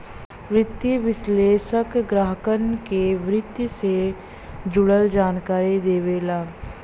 वित्तीय विश्लेषक ग्राहकन के वित्त से जुड़ल जानकारी देवेला